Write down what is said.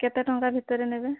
କେତେ ଟଙ୍କା ଭିତରେ ନେବେ